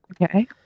Okay